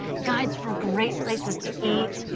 guides for great places to eat,